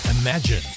Imagine